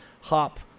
hop